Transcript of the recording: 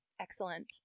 excellent